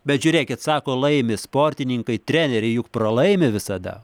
bet žiūrėkit sako laimi sportininkai treneriai juk pralaimi visada